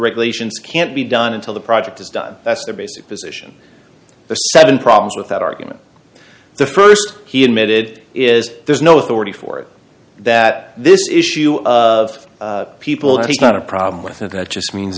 regulations can't be done until the project is done that's the basic position seven problems with that argument the st he admitted is there's no authority for it that this issue of people he's not a problem with and that just means